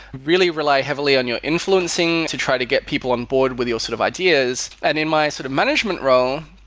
really rely heavily on your influencing to try to get people onboard with your sort of ideas. and in my sort of management role,